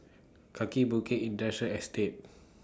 Kaki Bukit Industrial Estate